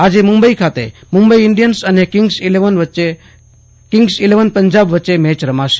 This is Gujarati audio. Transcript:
આજે મુંબઈ ખાતે ઈન્ડિયન્સ અને કિંગ્સ ઈલેવન પંજાબ વચ્ચે મેચ રમાશે